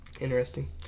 interesting